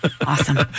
Awesome